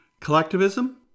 Collectivism